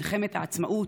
מלחמת העצמאות.